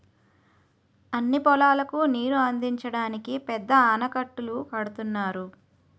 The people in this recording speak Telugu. అన్ని పొలాలకు నీరుని అందించడానికి పెద్ద ఆనకట్టలు కడుతున్నారు